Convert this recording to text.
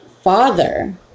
Father